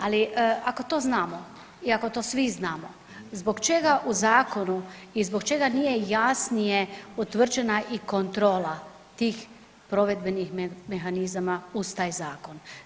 Ali ako to znamo i ako to svi znamo zbog čega u zakonu i zbog čega nije jasnije utvrđena i kontrola tih provedbenih mehanizama uz taj zakon.